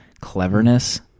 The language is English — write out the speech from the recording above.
cleverness